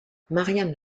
marianne